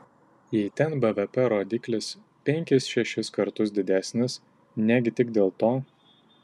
jei ten bvp rodiklis penkis šešis kartus didesnis negi tik dėl to